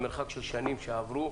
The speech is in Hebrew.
אל מול המציאות הקודמת,